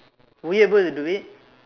were you able to do it